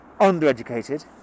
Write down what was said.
undereducated